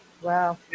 Wow